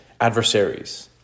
adversaries